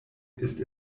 ist